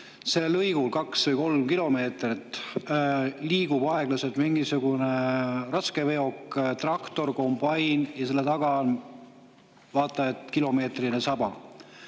lõigul liigub kaks või kolm kilomeetrit aeglaselt mingisugune raskeveok, traktor või kombain ja selle taga on vaata et kilomeetrine saba.